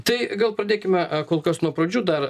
tai gal pradėkime a kol kas nuo pradžių dar